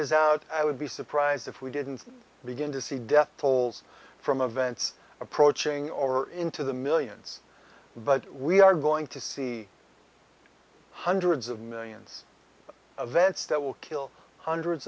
is i would be surprised if we didn't begin to see death tolls from a vents approaching or into the millions but we are going to see hundreds of millions of events that will kill hundreds